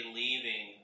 leaving